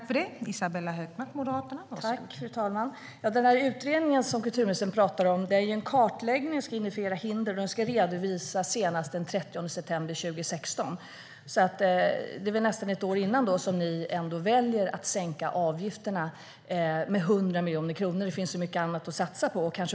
Fru talman! Utredningen som kulturministern talar om är ju en kartläggning som ska identifiera hinder. Den ska redovisas senast den 30 september 2016. Nästan ett år innan dess väljer ni att sänka avgifterna med 100 miljoner kronor. Det finns mycket annat att satsa på.